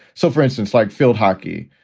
so, for instance, like field hockey,